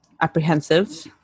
apprehensive